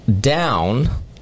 down